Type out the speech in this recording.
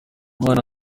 umwana